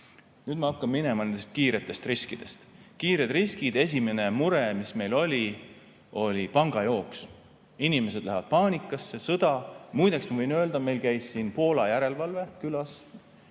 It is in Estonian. Nüüd ma hakkan minema nendest kiiretest riskidest. Kiired riskid, esimene mure, mis meil oli, oli pangajooks. Inimesed lähevad paanikasse – sõda. Muideks, ma võin öelda, et meil käis siin Poola järelevalve külas,